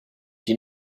die